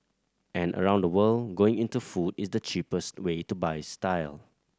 and around the world going into food is the cheapest way to buy style